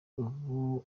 ubu